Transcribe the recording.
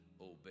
obey